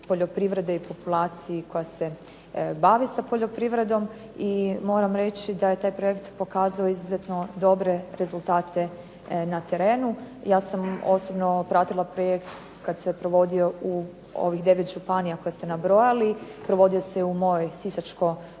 poljoprivrede i populaciji koja se bavi sa poljoprivredom i moram reći da je taj projekt pokazao izuzetno dobre rezultate na terenu. Ja sam osobno pratila projekt kad se provodio u ovih 9 županija koje ste nabrojali, provodio se u mojoj